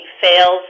fails